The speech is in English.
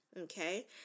okay